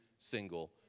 single